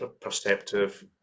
perceptive